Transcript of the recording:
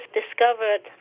discovered